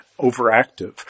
overactive